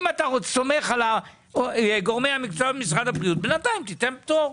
אם אתה סומך על גורמי המקצוע במשרד הבריאות בינתיים תן פטור.